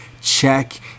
Check